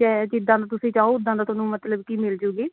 ਜੇ ਜਿੱਦਾਂ ਦਾ ਤੁਸੀਂ ਚਾਹੋ ਓਦਾ ਦਾ ਤੁਹਾਨੂੰ ਮਤਲਬ ਕੀ ਮਿਲਜੂਗੀ